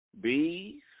bees